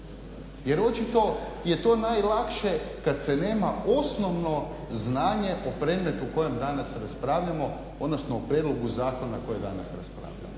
jer očito je to najlakše kad se nema osnovno znanje o predmetu kojem danas raspravljamo odnosno o prijedlogu zakona koje danas raspravljamo.